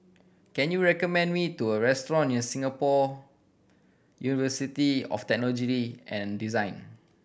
can you recommend me do a restaurant near Singapore University of Technology and Design